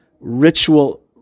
ritual